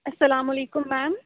السّلام علیکم میم